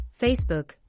Facebook